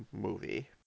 movie